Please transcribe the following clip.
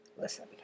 Listen